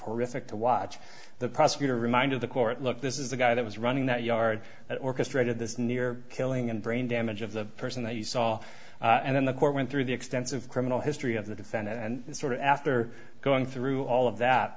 horrific to watch the prosecutor reminded the court look this is a guy that was running that yard that orchestrated this near killing and brain damage of the person that he saw and then the court went through the extensive criminal history of the defendant and sort of after going through all of that